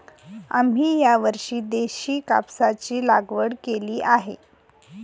आम्ही यावर्षी देशी कापसाची लागवड केली आहे